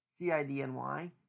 CIDNY